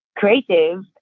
creative